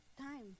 time